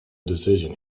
decision